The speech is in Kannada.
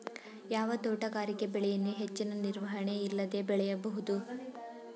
ಯಾವ ತೋಟಗಾರಿಕೆ ಬೆಳೆಯನ್ನು ಹೆಚ್ಚಿನ ನಿರ್ವಹಣೆ ಇಲ್ಲದೆ ಬೆಳೆಯಬಹುದು?